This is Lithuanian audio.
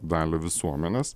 dalį visuomenės